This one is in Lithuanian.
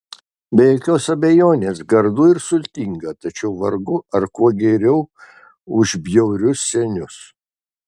be jokios abejonės gardu ir sultinga tačiau vargu ar kuo geriau už bjaurius senius